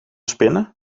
spinnen